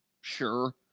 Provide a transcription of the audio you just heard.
Sure